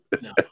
No